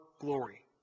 glory